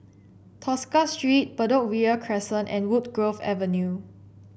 Tosca Street Bedok Ria Crescent and Woodgrove Avenue